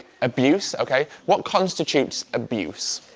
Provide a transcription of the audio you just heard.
abuse. okay what constitutes abuse?